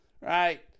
right